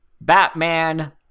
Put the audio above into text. Batman